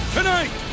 Tonight